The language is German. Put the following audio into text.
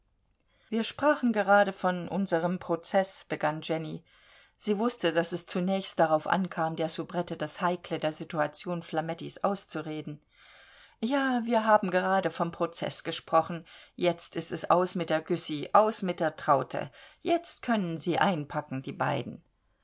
wir sprachen gerade von unsrem prozeß begann jenny sie wußte daß es zunächst darauf ankam der soubrette das heikle der situation flamettis auszureden ja wir haben gerade vom prozeß gesprochen jetzt ist es aus mit der güssy aus mit der traute jetzt können sie einpacken die beiden